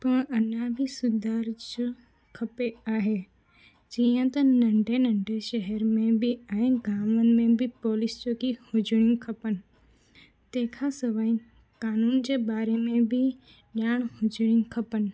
पर अञा बि सुधार जो खपु आहे जीअं त नंढे नंढे शहर में बि आहिनि गांवनि में बि पुलिस हुजणी खपनि तंहिंखां सवाइ कानून जे बारे में बि ॼाण हुजणी खपनि